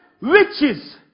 riches